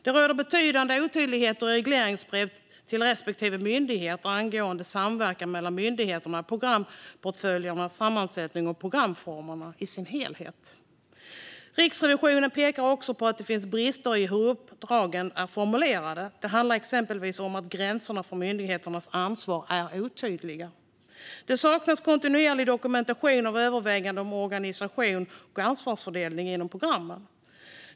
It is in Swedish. Det råder betydande otydligheter i regleringsbreven till respektive myndighet angående samverkan mellan myndigheter, programportföljens sammansättning och programformen i sin helhet. Riksrevisionen pekar också på att det finns brister i hur uppdragen är formulerade. Det handlar exempelvis om att gränserna för myndigheternas ansvar är otydliga. Det saknas kontinuerlig dokumentation av överväganden om organisation och ansvarsfördelning inom programmen.